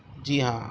جی ہاں